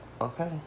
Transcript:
okay